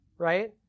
Right